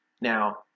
Now